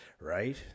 Right